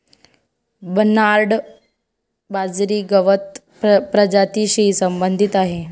Bernard बाजरी गवत प्रजातीशी संबंधित आहे